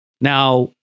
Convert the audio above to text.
Now